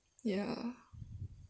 ya